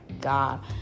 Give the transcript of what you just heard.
God